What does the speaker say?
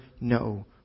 no